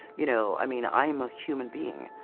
you know, i mean i am a human being.